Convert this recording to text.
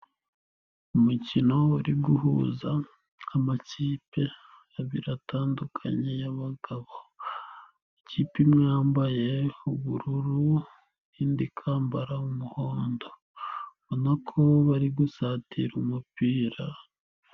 Umukino uri guhuza amakipe abiri atandukanye y'abagabo, ikipe imwe yambaye ubururu, indi ikambara umuhondo, urabonako bari gusatira umupira.